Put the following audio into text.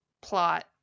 plot